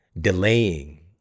delaying